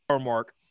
mark